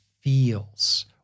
feels